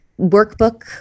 workbook